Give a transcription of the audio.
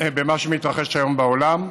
במה שמתרחש היום בעולם.